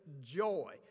joy